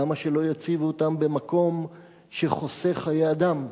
למה שלא יציבו אותם במקום שבו הם יחסכו חיי אדם?